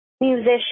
musician